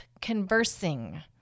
conversing